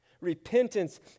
Repentance